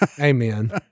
Amen